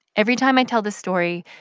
every time i tell the story,